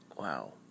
Wow